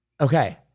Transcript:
Okay